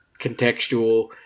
contextual